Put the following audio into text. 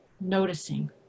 noticing